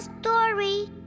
story